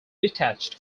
detached